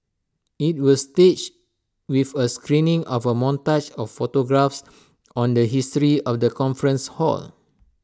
IT will staged with A screening of A montage of photographs on the history of the conference hall